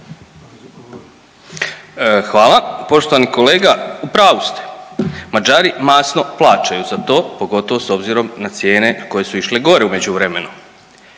Hvala, poštovani kolega u pravu ste, Mađari masno plaćaju za to pogotovo s obzirom na cijene koje su išle gore u međuvremenu.